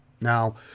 Now